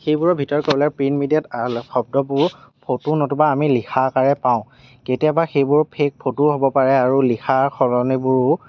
সেইবোৰৰ ভিতৰত হ'লে প্ৰিন্ট মিডিয়াত ভাল শব্দবোৰ ফটো নতুবা আমি লিখা আকাৰে পাওঁ কেতিয়াবা সেইবোৰ ফেক ফটোও হ'ব পাৰে আৰু লিখাৰ সলনিবোৰো